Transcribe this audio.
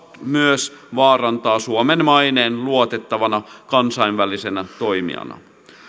myös vaarantaa suomen maineen luotettavana kansainvälisenä toimijana